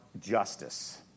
justice